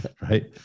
right